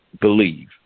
believe